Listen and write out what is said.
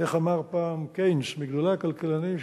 איך אמר פעם קיינס, מגדולי הכלכלנים?